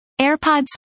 AirPods